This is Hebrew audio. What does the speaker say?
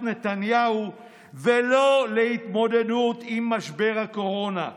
נתניהו ולא להתמודדות עם משבר הקורונה.